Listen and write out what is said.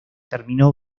terminó